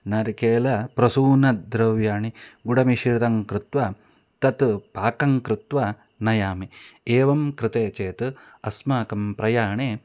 नरिकेलस्य प्रसूनद्रव्याणि गुडमिश्रितं कृत्वा तत् पाकं कृत्वा नयामि एवं कृते चेत् अस्माकं प्रयाणे